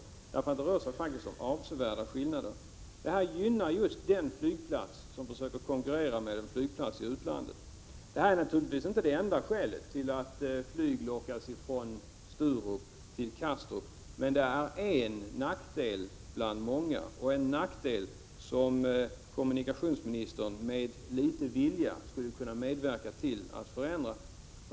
Skillnaderna är faktiskt i det här fallet avsevärda. Den lägre avgiften gynnar just den flygplats som försöker konkurrera med en flygplats i ett annat land. Detta är naturligtvis inte det enda skälet till att flyg lockas från Sturup till Kastrup. Det är en nackdel bland många, en nackdel som kommunikationsministern med litet vilja skulle kunna hjälpa till att eliminera.